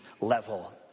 level